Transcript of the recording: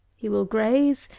he will graze,